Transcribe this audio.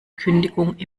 kündigung